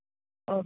ഓ